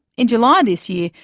in july this year,